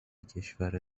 کشور